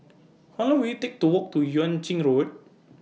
How Long Will IT Take to Walk to Yuan Ching Road